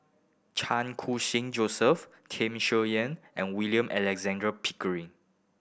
Chan Koo Sing Joseph Tham Sien Yen and William Alexander Pickering